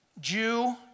Jew